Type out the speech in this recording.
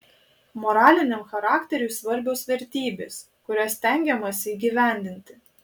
moraliniam charakteriui svarbios vertybės kurias stengiamasi įgyvendinti